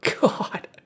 god